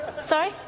Sorry